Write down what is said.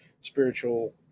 spiritual